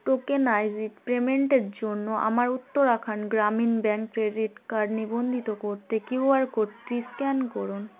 tokenised পেমেন্টের জন্য আমার Uttarakhand Gramin bank credit card নিবন্ধিত করতে কিউআর কোডটি স্ক্যান করুন